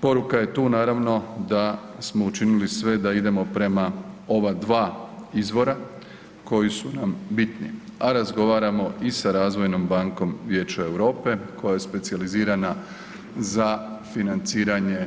Poruka je tu naravno da smo učinili sve da idemo prema ova dva izvora koji su nam bitni, a razgovaramo i sa Razvojnom bankom Vijeća Europe koja je specijalizirana za financiranje